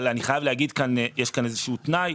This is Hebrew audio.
אבל אני חייב להגיד כאן שיש איזשהו תנאי.